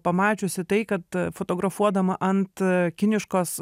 pamačiusi tai kad fotografuodama ant kiniškos